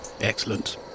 Excellent